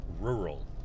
rural